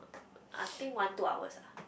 I think one two hours ah